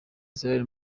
israel